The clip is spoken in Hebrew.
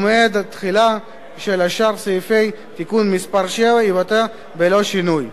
ומועד התחילה של שאר סעיפי תיקון מס' 7 ייוותר בלא שינוי.